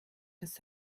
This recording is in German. das